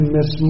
Miss